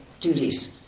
duties